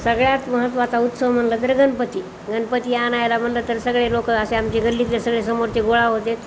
सगळ्यात महत्त्वाचा उत्सव म्हटलं तर गणपती गणपती आणायला म्हटलं तर सगळे लोक असे आमचे गल्लीतले सगळे समोरचे गोळा होतात